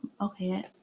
Okay